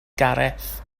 gareth